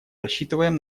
рассчитываем